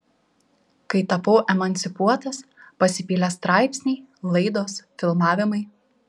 kai tapau emancipuotas pasipylė straipsniai laidos filmavimai